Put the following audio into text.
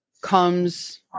comes